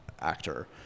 actor